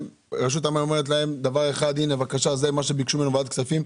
רשות המים אומרת להם זה מה שביקשה ועדת כספים,